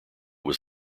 was